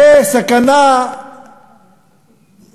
זאת סכנה